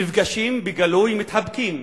נפגשים בגלוי, מתחברים.